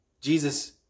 Jesus